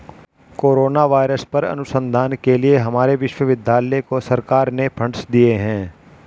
corona virus पर अनुसंधान के लिए हमारे विश्वविद्यालय को सरकार ने फंडस दिए हैं